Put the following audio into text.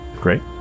Great